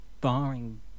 barring